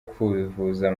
kuvuza